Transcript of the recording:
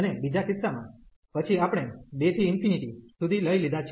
અને બીજા કિસ્સામાં પછી આપણે 2 થી સુધી લઈ લીધા છે